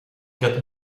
quatre